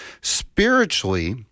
Spiritually